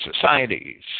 societies